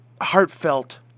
heartfelt